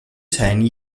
ten